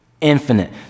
Infinite